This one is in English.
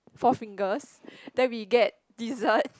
Four Fingers then we get dessert